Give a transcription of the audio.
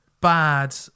bad